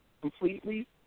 completely